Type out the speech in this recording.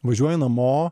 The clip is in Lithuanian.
važiuoju namo